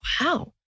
Wow